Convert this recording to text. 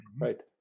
Right